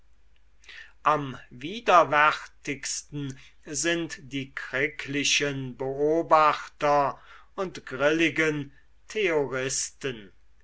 am widerwärtigsten sind die kricklichen beobachter und grilligen